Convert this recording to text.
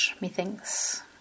methinks